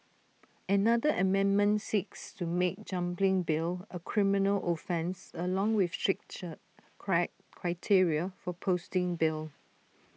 another amendment seeks to make jumping bail A criminal offence along with stricter criteria for posting bail